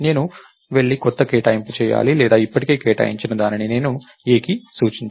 నేను వెళ్లి కొత్త కేటాయింపు చేయాలి లేదా ఇప్పటికే కేటాయించిన దానికి నేను a ని సూచించాలి